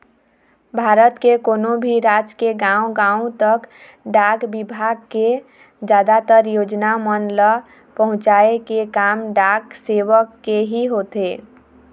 भारत के कोनो भी राज के गाँव गाँव तक डाक बिभाग के जादातर योजना मन ल पहुँचाय के काम डाक सेवक के ही होथे